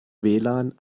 wlan